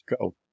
go